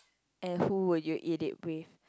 and who would you eat it with